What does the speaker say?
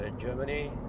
Germany